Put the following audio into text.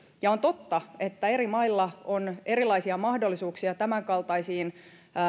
ja on totta että eri mailla on erilaisia mahdollisuuksia tämänkaltaisiin